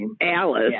Alice